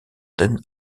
den